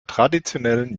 traditionellen